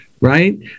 right